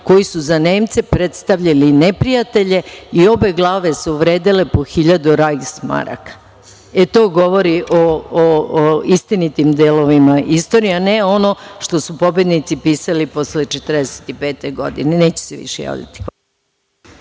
koji su za Nemce predstavljali neprijatelje i obe glave su vredele po hiljadu rajs maraka. To govori o istinitim delovima istorije, a ne ono što su pobednici pisali posle 1945. godine. Neću se više javljati.